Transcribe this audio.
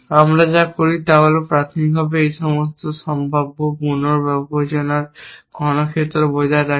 আমরা যা করি তা হল প্রাথমিকভাবে এটি সমস্ত সম্ভাব্য পুনর্বিবেচনার ঘনক্ষেত্র বজায় রাখে